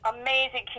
amazing